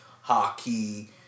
hockey